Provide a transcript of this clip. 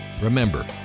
Remember